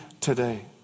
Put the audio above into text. today